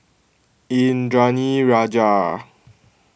Indranee Rajah